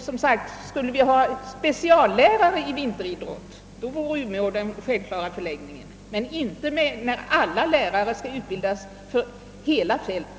Som sagt: Skulle vi ha speciallärare i vinteridrott vore Umeå den självklara förläggningsorten, men så är inte förhållandet när alla lärare skall utbildas för hela fältet.